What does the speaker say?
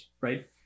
right